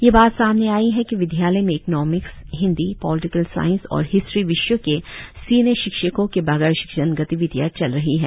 यह बात सामने आई है कि विद्यालय मे इकोनोमिक्स हिन्दी पोलटिकल साइंस और हिस्ट्री विषयो के सीनियर शिक्षको के बगैर शिक्षण गतिविधियाँ चल रही है